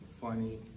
funny